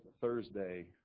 Thursday